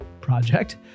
project